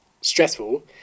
stressful